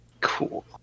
Cool